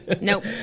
nope